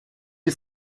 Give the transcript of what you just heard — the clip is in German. die